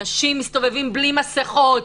אנשים מסתובבים בלי מסכות,